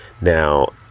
Now